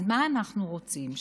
אז מה אנחנו רוצים?